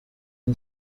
این